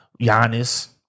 Giannis